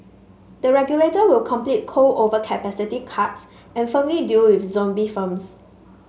the regulator will complete coal overcapacity cuts and firmly deal with zombie firms